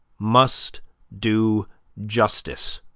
must do justice,